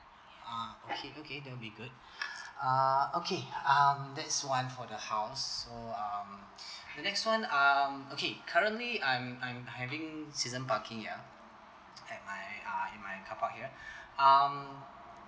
ah okay okay that will be good uh okay um that's one for the house so um the next one um okay currently I'm I'm having season parking ya had my uh in my carpark here um